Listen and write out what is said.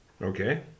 Okay